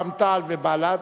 רע"ם-תע"ל ובל"ד,